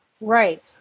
Right